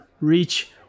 reach